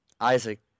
Isaac